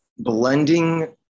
Blending